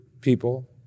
people